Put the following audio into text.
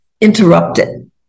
interrupted